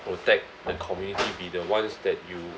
protect the community be the ones that you